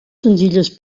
senzilles